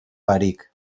barik